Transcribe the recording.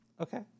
okay